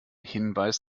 hinweis